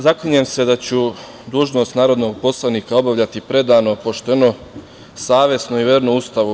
Zaklinjem se da ću dužnost narodnog poslanik obavljati predano, pošteno, savesno i verno Ustavu.